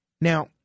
now